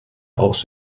aus